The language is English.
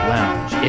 Lounge